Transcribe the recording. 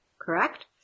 Correct